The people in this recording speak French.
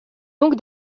donc